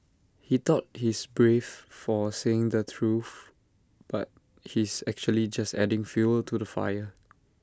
he thought he's brave for saying the truth but he's actually just adding fuel to the fire